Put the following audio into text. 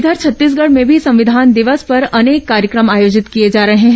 इधर छत्तीसगढ़ में भी संविधान दिवस पर अनेक कार्यक्रम आयोजित किए जा रहे हैं